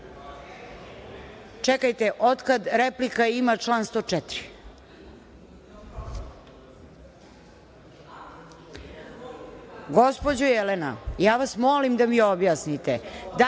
čekajte otkad replika ima član 104?Gospođo Jelena, ja vas molim da mi objasnite